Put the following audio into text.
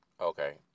Okay